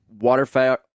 waterfowl